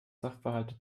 sachverhalte